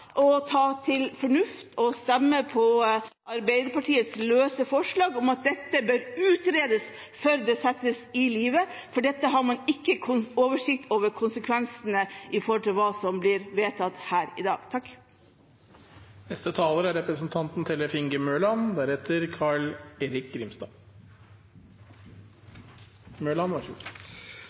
ta til fornuft og stemme på Arbeiderpartiets løse forslag om at dette bør utredes før det settes ut i livet. For her har man ikke oversikt over konsekvensene av hva som blir vedtatt her i dag. Selv om en er